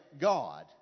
god